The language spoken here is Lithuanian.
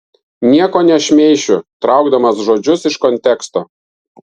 nieko nešmeišiu traukdamas žodžius iš konteksto